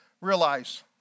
realize